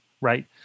Right